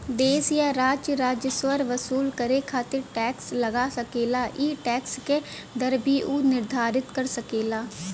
देश या राज्य राजस्व वसूल करे खातिर टैक्स लगा सकेला ई टैक्स क दर भी उ निर्धारित कर सकेला